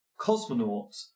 cosmonauts